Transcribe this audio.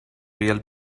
real